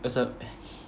it's a